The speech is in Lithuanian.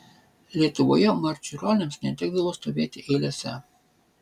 lietuvoje marčiulioniams netekdavo stovėti eilėse